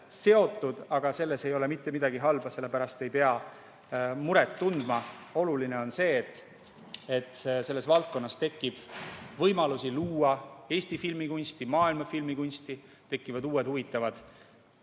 aga selles ei ole mitte midagi halba, selle pärast ei pea muret tundma. Oluline on see, et selles valdkonnas tekib võimalusi luua Eesti filmikunsti, maailma filmikunsti, tekivad uued huvitavad